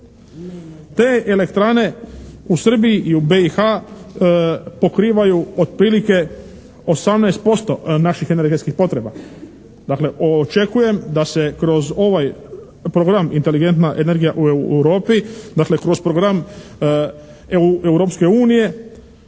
Te elektrane u Srbiji i u BiH pokrivaju otprilike 18% naših energetskih potreba. Dakle, očekujem da se kroz ovaj program inteligentna energija u Europi, dakle kroz program Europske unije